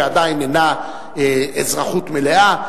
שעדיין אינה אזרחות מלאה,